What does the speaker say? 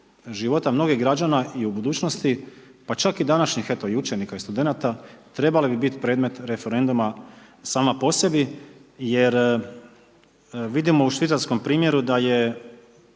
života mnogih građana i u budućnosti pa čak i današnjih eto i učenika i studenata, trebali bi biti predmet referenduma sama po sebi jer vidimo u švicarskom primjeru da je